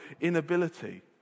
inability